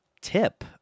tip